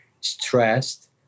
stressed